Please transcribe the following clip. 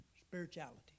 spirituality